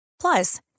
Plus